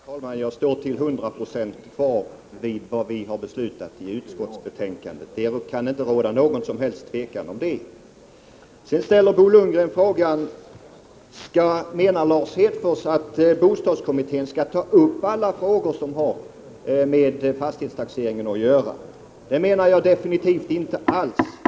Herr talman! Jag står till hundra procent fast vid det som vi har skrivit i utskottets betänkande. Bo Lundgren ställer frågan: Menar Lars Hedfors att bostadskommittén skall ta upp alla spörsmål som har med fastighetstaxeringen att göra? Det menar jag definitivt inte.